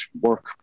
work